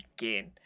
again